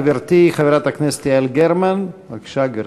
חברת הכנסת יעל גרמן, בבקשה, גברתי.